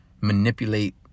manipulate